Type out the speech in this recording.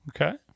Okay